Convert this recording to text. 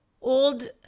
old